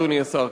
אדוני השר,